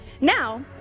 Now